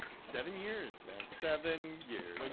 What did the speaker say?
seven years, man, seven years. i mean